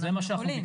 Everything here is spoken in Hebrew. אנחנו יכולים.